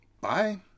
Bye